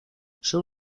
son